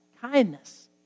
kindness